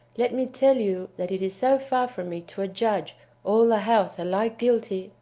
let me tell you, that it is so far from me to adjudge all the house alike guilty,